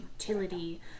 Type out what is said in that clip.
utility